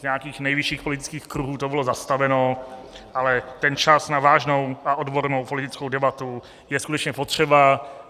Z nějakých nejvyšších politických kruhů to bylo zastaveno, ale čas na vážnou a odbornou politickou debatu je skutečně potřeba.